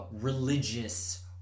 religious